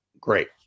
great